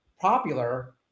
popular